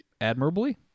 Admirably